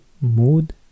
Mood